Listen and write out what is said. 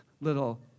Little